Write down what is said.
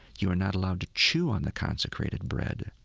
you are not allowed to chew on the consecrated bread,